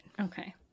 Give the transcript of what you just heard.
Okay